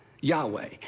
Yahweh